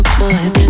boys